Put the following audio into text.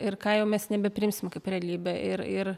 ir ką jau mes nebepriimsim kaip realybę ir ir